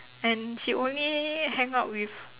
and she only hang out with